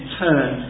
turn